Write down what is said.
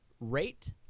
rate